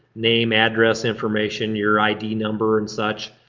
name, address, information, your id number and such,